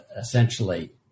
essentially